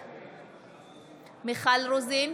בעד מיכל רוזין,